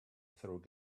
through